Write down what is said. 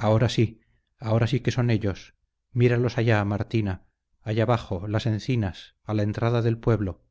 ahora sí ahora sí que son ellos míralos allá martina allá abajo las encinas a la entrada del pueblo